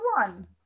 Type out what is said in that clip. one